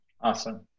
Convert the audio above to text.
Awesome